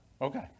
Okay